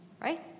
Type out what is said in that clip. right